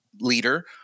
leader